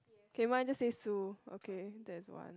K mine just say Sue okay that is one